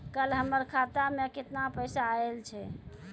कल हमर खाता मैं केतना पैसा आइल छै?